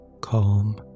Calm